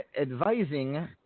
advising